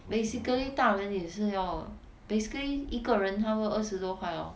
basically 大人也是要 basically 一个人他们二十多块 lor